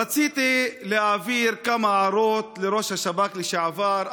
רציתי להעביר כמה הערות לראש השב"כ לשעבר,